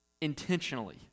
Intentionally